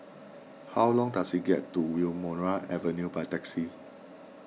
how long does it get to Wilmonar Avenue by taxi